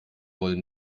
wollen